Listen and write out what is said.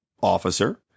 officer